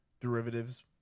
derivatives